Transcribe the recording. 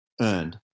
earned